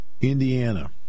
Indiana